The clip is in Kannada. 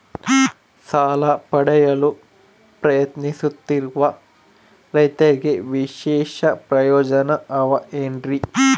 ಸಾಲ ಪಡೆಯಲು ಪ್ರಯತ್ನಿಸುತ್ತಿರುವ ರೈತರಿಗೆ ವಿಶೇಷ ಪ್ರಯೋಜನ ಅವ ಏನ್ರಿ?